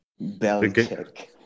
Belichick